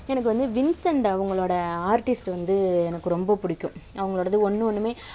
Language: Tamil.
எனக்கு வந்து வின்ஸெண்ட் அவங்களோட ஆர்ட்டிஸ்ட்டு வந்து எனக்கு ரொம்ப பிடிக்கும் அவங்களோடது ஒன்று ஒன்றுமே